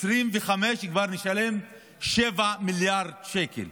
ב-2025 כבר נשלם 7 מיליארד שקל.